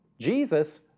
Jesus